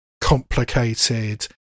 complicated